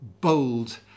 bold